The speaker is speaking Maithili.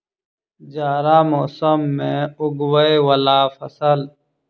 जाड़ा मौसम मे उगवय वला फसल?